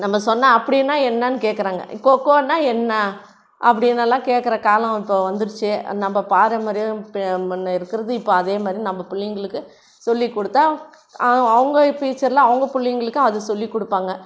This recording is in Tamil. நம்ம சொன்னால் அப்படினா என்னனு கேட்குறாங்க கொக்கோனால் என்ன அப்படினெல்லாம் கேட்குற காலம் இப்போ வந்துருச்சு நம்ப பாரம்பரியம்னு இப்போ நம்ப இருக்கிறது அதேமாதிரி நம்ம பிள்ளைங்களுக்கு சொல்லிக் கொடுத்தா அவங்க ஃப்யூச்சரில் அவங்க பிள்ளைங்களுக்கு அது சொல்லிக் கொடுப்பாங்க